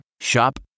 Shop